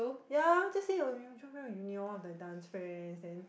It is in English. ya just say your mutual friend from uni orh like dance friends then